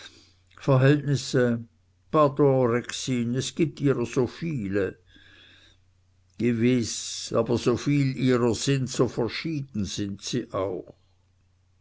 verhältnisse pardon rexin es gibt ihrer so viele gewiß aber soviel ihrer sind so verschieden sind sie auch